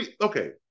okay